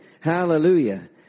Hallelujah